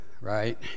right